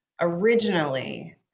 originally